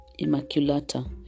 Immaculata